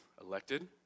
elected